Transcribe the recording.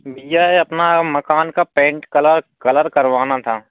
मुझे अपने मकान का पेन्ट कलर कलर करवाना था